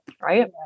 right